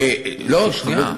שנייה,